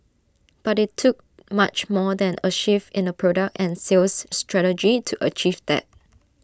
but IT took much more than A shift in the product and sales strategy to achieve that